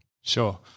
Sure